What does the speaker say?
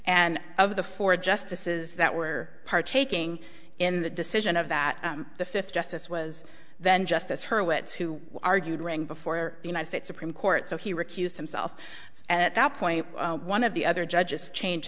and of the four justices that were partaking in the decision of that the fifth justice was then justice hurwitz who argued ring before the united states supreme court so he recused himself so at that point one of the other judges change